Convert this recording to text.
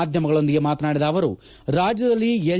ಮಾಧ್ಯಮಗಳೊಂದಿಗೆ ಮಾತನಾಡಿದ ಅವರು ರಾಜ್ಯದಲ್ಲಿ ಎಲ್